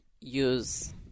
use